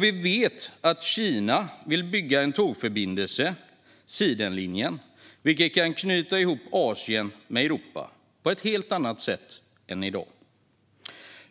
Vi vet också att Kina vill bygga en tågförbindelse - sidenlinjen - vilket kan knyta ihop Asien med Europa på ett helt annat sätt än i dag.